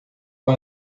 com